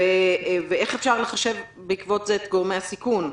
ואיך אפשר לחשב בעקבות זה את גורמי הסיכון?